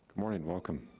morning, welcome.